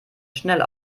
schnell